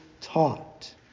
taught